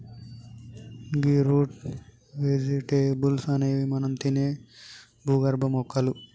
గీ root vegetables అనేవి మనం తినే భూగర్భ మొక్కలు